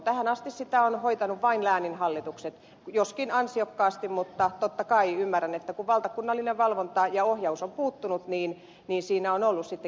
tähän asti sitä ovat hoitaneet vain lääninhallitukset joskin ansiokkaasti mutta totta kai ymmärrän että kun valtakunnallinen valvonta ja ohjaus on puuttunut niin siinä on ollut sitten kehittämisen varaa